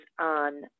on